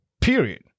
period